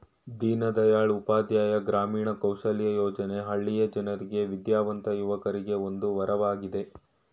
ದೀನದಯಾಳ್ ಉಪಾಧ್ಯಾಯ ಗ್ರಾಮೀಣ ಕೌಶಲ್ಯ ಯೋಜನೆ ಹಳ್ಳಿಯ ಜನರಿಗೆ ವಿದ್ಯಾವಂತ ಯುವಕರಿಗೆ ಒಂದು ವರವಾಗಿದೆ